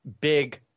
big